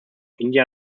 india